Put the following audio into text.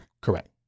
Correct